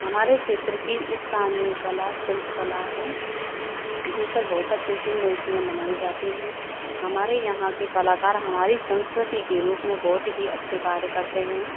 हमारे क्षेत्र की स्थानीय कला शिल्प कला है जिस पर बहुत अच्छे से मूर्तियां मनाई जाती हैं हमारे यहाँ के कलाकार हमारी संस्कृति के रूप में बहुत ही अच्छे कार्य करते हैं